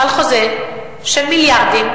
על חוזה של מיליארדים,